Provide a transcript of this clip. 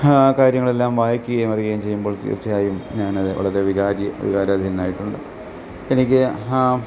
കാര്യങ്ങളെല്ലാം വായിക്കുകയും അറിയുകയും ചെയ്യുമ്പോൾ തീർച്ചയായും ഞാനത് വളരെ വികാര വികാരാധീനനായിട്ടുണ്ട് എനിക്ക്